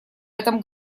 этом